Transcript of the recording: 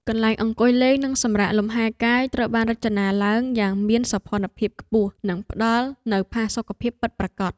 កន្លែងអង្គុយលេងនិងសម្រាកលំហែកាយត្រូវបានរចនាឡើងយ៉ាងមានសោភណភាពខ្ពស់និងផ្តល់នូវផាសុកភាពពិតប្រាកដ។